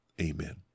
Amen